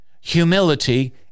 Humility